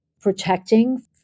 protecting